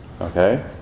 okay